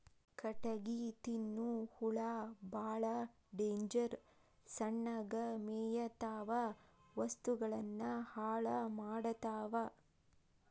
ಕಟಗಿ ತಿನ್ನು ಹುಳಾ ಬಾಳ ಡೇಂಜರ್ ಸಣ್ಣಗ ಮೇಯತಾವ ವಸ್ತುಗಳನ್ನ ಹಾಳ ಮಾಡತಾವ